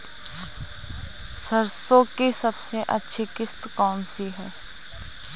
सरसो की सबसे अच्छी किश्त कौन सी है?